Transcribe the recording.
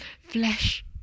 flesh